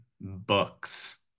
books